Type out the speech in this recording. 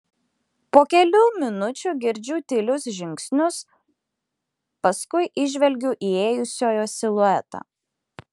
po kelių minučių girdžiu tylius žingsnius paskui įžvelgiu įėjusiojo siluetą